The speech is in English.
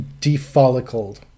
defollicled